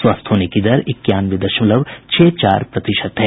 स्वस्थ होने की दर इक्यानवे दशमलव छह चार प्रतिशत है